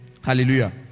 Hallelujah